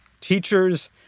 Teachers